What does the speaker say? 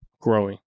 growing